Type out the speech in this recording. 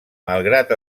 malgrat